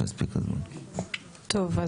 טוב.